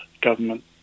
government